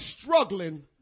struggling